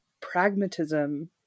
pragmatism